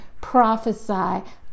prophesy